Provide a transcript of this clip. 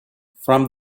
from